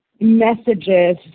messages